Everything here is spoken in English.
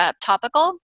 topical